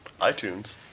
iTunes